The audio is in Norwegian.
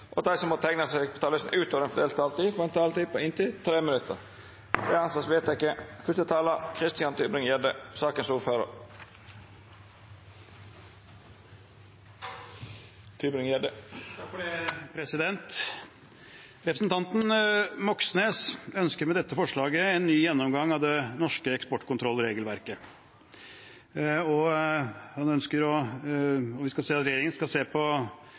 og at dei som måtte teikna seg på talarlista utover den fordelte taletida, får ei taletid på inntil 3 minutt. – Det er vedteke. Representanten Moxnes ønsker med dette forslaget en ny gjennomgang av det norske eksportkontrollregelverket. Han ønsker at regjeringen skal se på